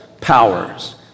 powers